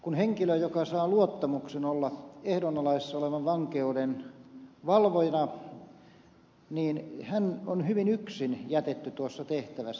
kun henkilö joka saa luottamuksen olla ehdonalaisen vankeuden valvojana niin hän on hyvin yksin jätetty tuossa tehtävässä